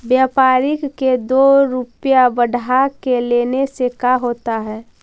व्यापारिक के दो रूपया बढ़ा के लेने से का होता है?